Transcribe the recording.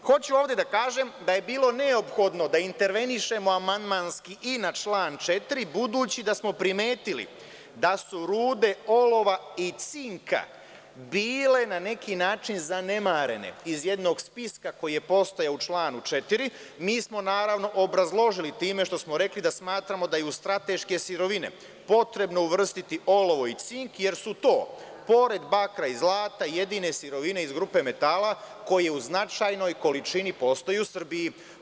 Hoću ovde da kažem da je bilo neophodno da intervenišemo amandmanski i na član 4, budući da smo primetili da su rude olova i cinka bile na neki način zanemarene iz jednog spiska koji je postojao u članu 4. Mi smo naravno obrazložili time što smo rekli da smatramo da je u strateške sirovine potrebno uvrstiti olovo i cink, jer su to pored bakra i zlata jedine sirovine iz grupe metala koje u značajnoj količine postoje u Srbiji.